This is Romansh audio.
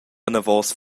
anavos